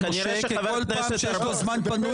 כי בכל פעם שיש לו זמן פנוי,